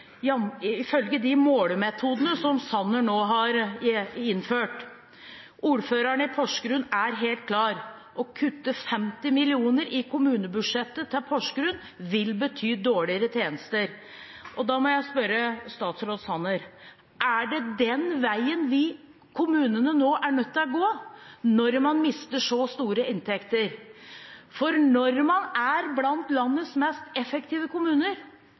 ifølge de målemetodene som Sanner nå har innført. Ordføreren i Porsgrunn er helt klar: Å kutte 50 mill. kr i kommunebudsjettet til Porsgrunn vil bety dårligere tjenester. Da må jeg spørre statsråd Sanner: Er det den veien kommunene nå er nødt til å gå når man mister så store inntekter? Når man er blant landets mest effektive kommuner